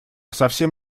совсем